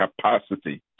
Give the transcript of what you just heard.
capacity